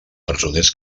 presoners